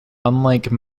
unlike